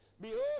Behold